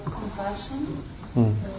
compassion